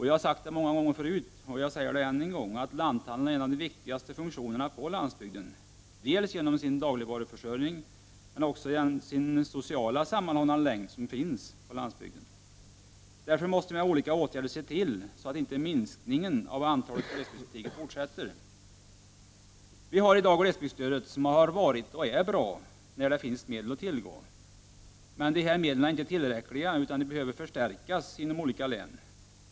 Jag har sagt förut, och jag vill säga det ännu en gång, att lanthandeln har en av de viktigaste funktionerna på landsbygden dels genom sin dagligvaruförsörjning, dels genom att vara en social sammanhållande länk. Vi måste därför med olika åtgärder se till att minskningen av antalet butiker på glesbygden inte fortsätter. Vi har i dag glesbygdsstödet, som är bra när det finns medel att tillgå. Dessa medel är dock inte tillräckliga utan de behöver förstärkas inom olika län.